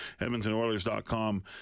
edmontonoilers.com